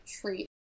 treat